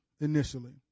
initially